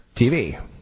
TV